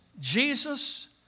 Jesus